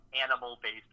animal-based